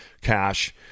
cash